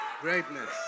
Greatness